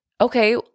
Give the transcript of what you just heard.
Okay